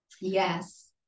yes